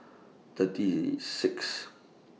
thirty Sixth